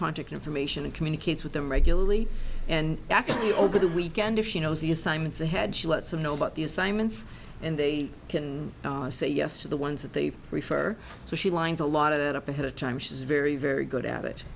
contact information and communicates with them regularly and actually over the weekend if she knows the assignments ahead she lets them know about the assignments and they can say yes to the ones that they prefer so she lines a lot of it up ahead of time which is very very good at it